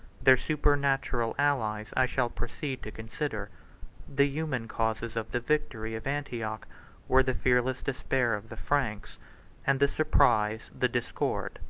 their supernatural allies i shall proceed to consider the human causes of the victory of antioch were the fearless despair of the franks and the surprise, the discord,